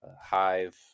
Hive